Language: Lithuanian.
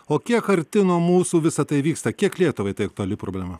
o kiek arti nuo mūsų visa tai vyksta kiek lietuvai tai aktuali problema